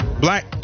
black